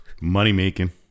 Money-making